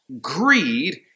greed